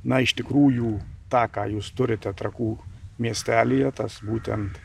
na iš tikrųjų tą ką jūs turite trakų miestelyje tas būtent